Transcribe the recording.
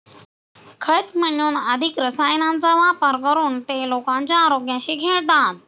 खत म्हणून अधिक रसायनांचा वापर करून ते लोकांच्या आरोग्याशी खेळतात